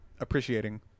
appreciating